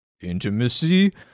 intimacy